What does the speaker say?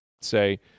Say